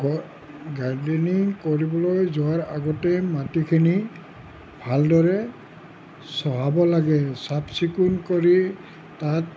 gardening কৰিবলৈ যোৱাৰ আগতে মাটিখিনি ভালদৰে চহাব লাগে চাফ চিকুণ কৰি তাত